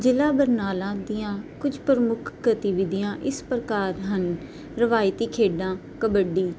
ਜਿਲਾ ਬਰਨਾਲਾ ਦੀਆਂ ਕੁਝ ਪ੍ਰਮੁੱਖ ਗਤੀਵਿਧੀਆਂ ਇਸ ਪ੍ਰਕਾਰ ਹਨ ਰਵਾਇਤੀ ਖੇਡਾਂ ਕਬੱਡੀ